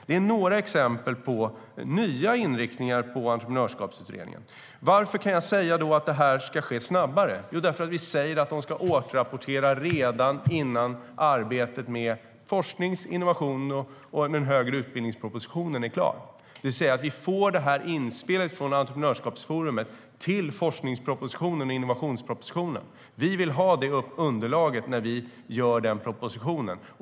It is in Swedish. Det är några exempel på nya inriktningar på Entreprenörskapsutredningen. Varför kan jag då säga att det kan ske snabbare? Jo, därför att vi säger att den ska återrapportera redan innan arbetet med propositionen om forskning, innovation och den högre utbildningen är klar. Vi får det inspelet från entreprenörskapsforumet till forsknings och innovationspropositionen. Vi vill ha det underlaget när vi gör den propositionen.